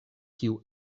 kiu